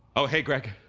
oh hey, greg